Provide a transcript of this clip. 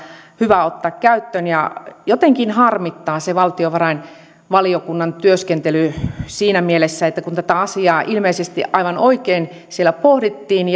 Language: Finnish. hyvä ottaa käyttöön ja jotenkin harmittaa se valtiovarainvaliokunnan työskentely siinä mielessä että vaikka tätä asiaa ilmeisesti aivan oikein siellä pohdittiin